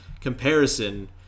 comparison